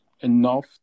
enough